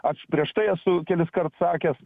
aš prieš tai esu keliskart sakęs